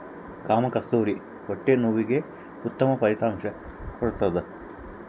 ಕಾಮಕಸ್ತೂರಿ ಹೊಟ್ಟೆ ನೋವಿಗೆ ಉತ್ತಮ ಫಲಿತಾಂಶ ಕೊಡ್ತಾದ